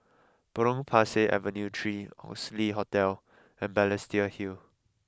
Potong Pasir Avenue three Oxley Hotel and Balestier Hill